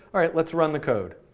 alright, let's run the code.